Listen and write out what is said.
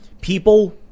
people